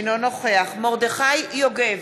אינו נוכח מרדכי יוגב,